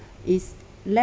is less